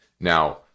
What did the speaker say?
Now